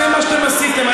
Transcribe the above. זה מה שאתם עשיתם.